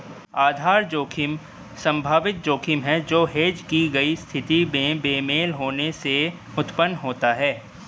आधार जोखिम संभावित जोखिम है जो हेज की गई स्थिति में बेमेल होने से उत्पन्न होता है